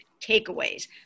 takeaways